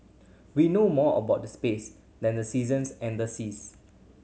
we know more about the space than the seasons and the seas